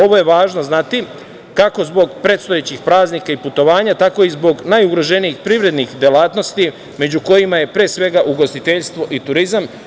Ovo je važno znati, kako zbog predstojećih praznika i putovanja, tako i zbog najugroženijih privrednih delatnosti, među kojima je pre svega ugostiteljstvo i turizam.